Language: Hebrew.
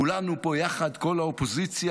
כולנו פה יחד, כל האופוזיציה.